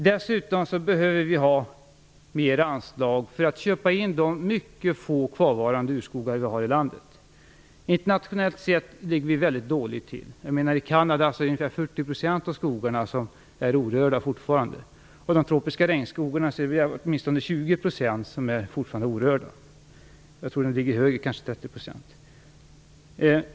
Vi behöver dessutom ha mer anslag för att köpa in de mycket få kvarvarande urskogar som vi har i landet. Internationellt sett ligger vi mycket dåligt till. I Kanada är ungefär 40 % av skogarna fortfarande orörda. Av de tropiska regnskogarna är åtminstone 20 % fortfarande orörda. Jag tror att siffran t.o.m. är högre, kanske 30 %.